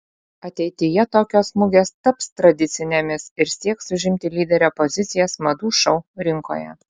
ateityje tokios mugės taps tradicinėmis ir sieks užimti lyderio pozicijas madų šou rinkoje